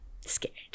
scared